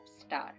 star